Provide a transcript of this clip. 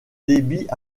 débit